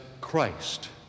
Christ